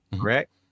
Correct